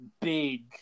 big